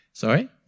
Sorry